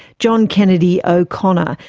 john kennedy o'connor,